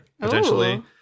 potentially